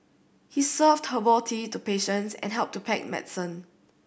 he served herbal tea to patients and helped to pack medicine